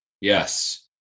Yes